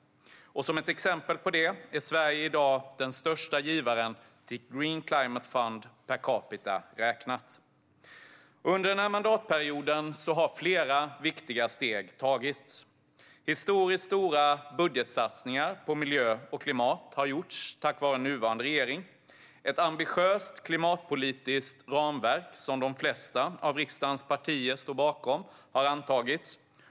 Som ett exempel på det är Sverige i dag den största givaren till Green Climate Fund per capita räknat. Under denna mandatperiod har flera viktiga steg tagits. Historiskt stora budgetsatsningar på miljö och klimat har gjorts tack vare nuvarande regering. Ett ambitiöst klimatpolitiskt ramverk, som de flesta av riksdagens partier står bakom, har antagits.